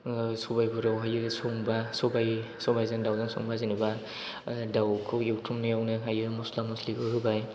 सबायफोर संबा सबायजों दाउजों संबा जेनेबा दाउखौ एवथ्रुमनायावनो हायो मस्ला मस्लिखौ होबाय